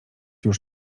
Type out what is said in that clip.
już